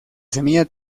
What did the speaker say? semilla